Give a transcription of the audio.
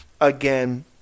again